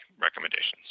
recommendations